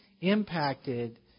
impacted